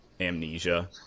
amnesia